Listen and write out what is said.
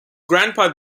grandpa